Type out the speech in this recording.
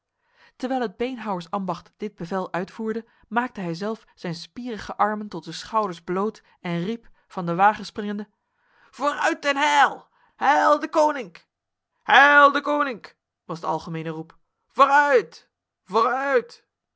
terwijl het beenhouwersambacht dit bevel uitvoerde maakte hij zelf zijn spierige armen tot de schouders bloot en riep van de wagen springende vooruit en heil heil deconinck heil deconinck was de algemene roep